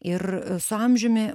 ir su amžiumi